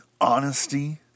honesty